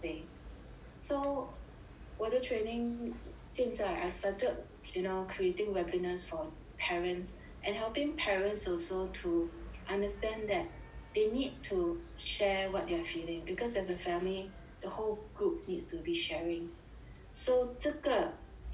so 我的 training 现在 I started you know creating webinars for parents and helping parents also to understand that they need to share what they're feeling because as a family the whole group needs to be sharing so 这个 you know